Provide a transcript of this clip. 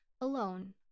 alone